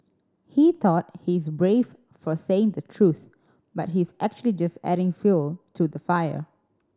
he thought he's brave for saying the truth but he's actually just adding fuel to the fire